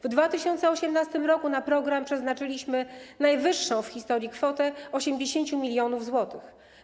W 2018 r. na program przeznaczyliśmy najwyższą w historii kwotę - 80 mln zł.